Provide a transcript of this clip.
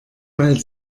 weil